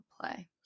play